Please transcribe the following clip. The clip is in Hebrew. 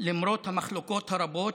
למרות המחלוקות הרבות,